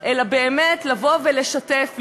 אלא באמת לבוא ולשתף,